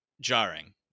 jarring